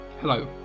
Hello